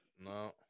No